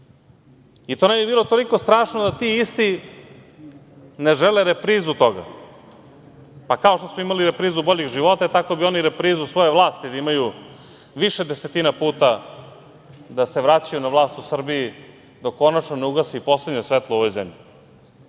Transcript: ne bi bilo toliko strašno da ti isti ne žele reprizu toga. Pa, kao što smo imali reprizu „Boljeg života“, tako bi oni reprizu svoje vlasti da imaju više desetina puta da se vraćaju na vlast u Srbiji, dok konačno ne ugase i poslednje svetlo u ovoj zemlji,